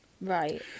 Right